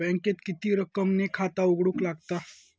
बँकेत किती रक्कम ने खाता उघडूक लागता?